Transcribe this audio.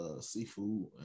seafood